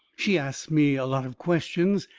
she asts me a lot of questions,